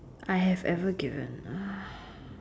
I have ever given uh